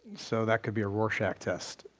so that could be a rorschach test.